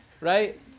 right